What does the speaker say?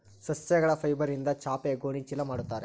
ಸಸ್ಯಗಳ ಫೈಬರ್ಯಿಂದ ಚಾಪೆ ಗೋಣಿ ಚೀಲ ಮಾಡುತ್ತಾರೆ